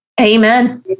Amen